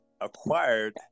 acquired